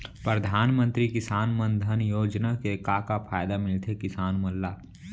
परधानमंतरी किसान मन धन योजना के का का फायदा मिलथे किसान मन ला?